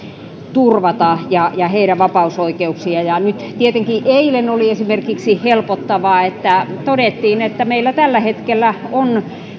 ja ja heidän vapausoikeuksiaan tietenkin eilen oli esimerkiksi helpottavaa että todettiin että meillä tällä hetkellä on